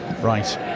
right